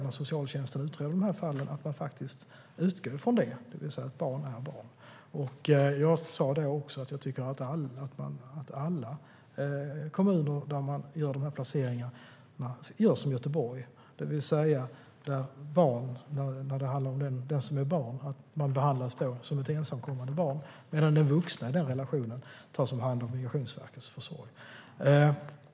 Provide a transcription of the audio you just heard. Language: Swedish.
När socialtjänsten utreder de fallen är det viktigt, tycker jag, att man faktiskt utgår från att barn är barn. Jag sa också att jag tycker att alla kommuner som gör de här placeringarna ska göra som Göteborg. Barnet ska behandlas som ett ensamkommande barn, medan den vuxna i den relationen ska tas om hand av Migrationsverket.